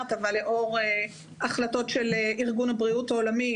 אתייחס שבהחלטת בג"ץ בשנת 2018,